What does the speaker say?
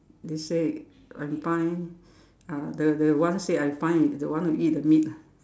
they say I'm fine ah the the one say I'm fine is the one that eat the meat ah